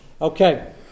Okay